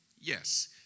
Yes